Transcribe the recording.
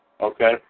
Okay